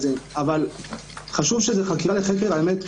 אבל חשוב שזאת חתירה לחקר האמת.